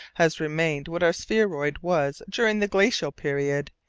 has remained what our spheroid was during the glacial period.